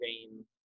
game